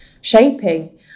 shaping